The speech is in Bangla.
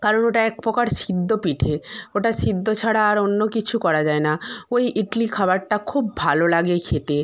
কারণ ওটা এক প্রকার সিদ্ধ পিঠে ওটা সিদ্ধ ছাড়া আর অন্য কিছু করা যায় না ওই ইডলি খাবারটা খুব ভালো লাগে খেতে